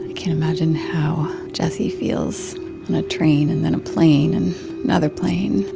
i can't imagine how jessie feels on a train, and then a plane, and another plane,